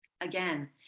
again